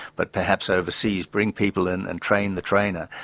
but perhaps overseas, bring people in and train the trainer,